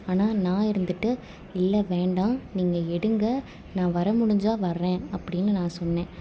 ஆனால் நான் இருந்துட்டு இல்லை வேணாம் நீங்கள் எடுங்க நான் வரமுடிஞ்சால் வரேன் அப்படினு நான் சொன்னேன்